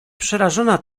przerażona